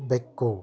ಬೆಕ್ಕು